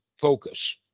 focus